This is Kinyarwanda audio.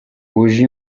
wuje